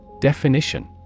Definition